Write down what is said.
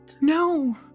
No